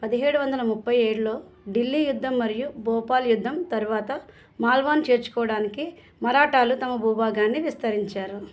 పదిహేడు వందల ముప్పై ఏడులో ఢిల్లీ యుద్ధం మరియు భోపాల్ యుద్ధం తరువాత మాల్వాను చేర్చుకోవడానికి మరాఠాలు తమ భూభాగాన్ని విస్తరించారు